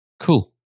Cool